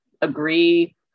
agree